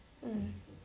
mm